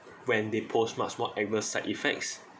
when they posed much more adverse side effects